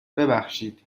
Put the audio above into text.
ببخشید